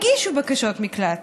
אז הם לא הגישו בקשות מקלט.